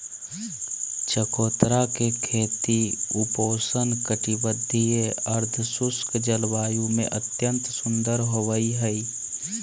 चकोतरा के खेती उपोष्ण कटिबंधीय, अर्धशुष्क जलवायु में अत्यंत सुंदर होवई हई